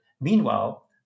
Meanwhile